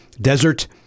desert